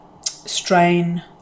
strain